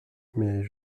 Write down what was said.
mais